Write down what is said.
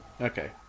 Okay